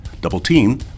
Double-team